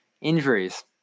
injuries